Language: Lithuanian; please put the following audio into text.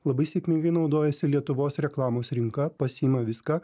labai sėkmingai naudojasi lietuvos reklamos rinka pasiima viską